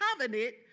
covenant